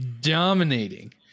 dominating